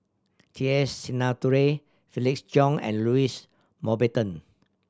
T S Sinnathuray Felix Cheong and Louis Mountbatten